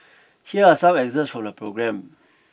here are some excerpts from the programme